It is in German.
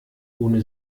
ohne